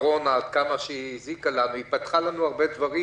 עד כמה שהיא הזיקה לנו: היא פתחה לנו הרבה דברים